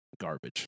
garbage